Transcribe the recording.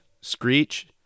screech